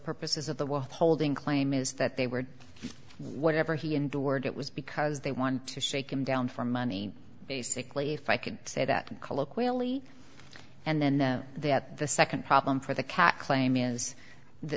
purposes of the worth holding claim is that they were whatever he endured it was because they wanted to shake him down for money basically if i can say that colloquially and then that the nd problem for the cat claim is the